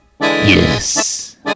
Yes